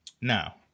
now